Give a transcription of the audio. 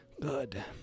Good